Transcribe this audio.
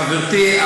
חברתי,